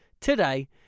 today